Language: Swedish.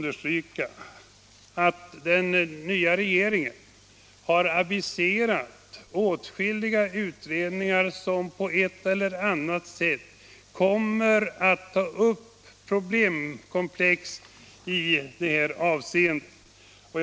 Den nya regeringen har aviserat åtskilliga utredningar som på ett eller annat sätt kommer att ta upp problemkomplex i detta avseende.